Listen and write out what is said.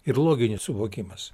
ir loginis suvokimas